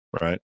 right